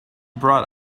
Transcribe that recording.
brought